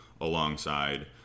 alongside